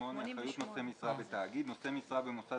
"אחריות נושא משרה בתאגיד 88. (א)נושא משרה במוסד